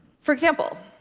for example,